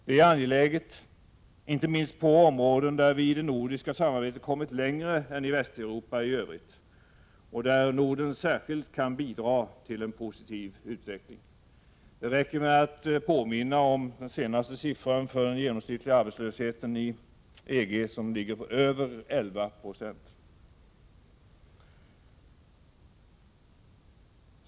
Det är angeläget, inte minst på områden där vi i det nordiska samarbetet kommit längre än i Västeuropa i övrigt och där Norden särskilt kan bidra till en positiv utveckling. Det räcker med att påminna om den senaste siffran för genomsnittlig arbetslöshet i EG, som ligger på över 11 96.